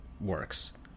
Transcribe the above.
works